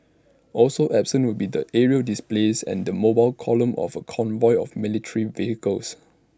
also absent will be the aerial displays and the mobile column of A convoy of military vehicles